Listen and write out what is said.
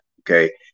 okay